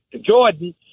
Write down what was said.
Jordan